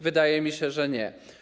Wydaje mi się, że nie.